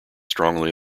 strongly